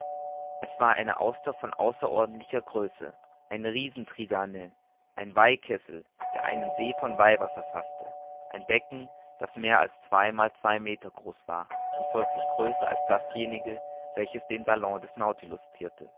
es war eine auster von außerordentlicher größe eine riesen tridaene ein weihkessel der einen see von weihwasser faßte ein becken das mehr wie zwei meter groß war und folglich größer als dasjenige welches den salon des